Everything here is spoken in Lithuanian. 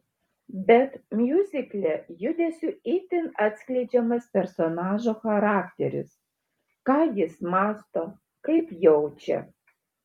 bet miuzikle judesiu itin atskleidžiamas personažo charakteris ką jis mąsto kaip jaučia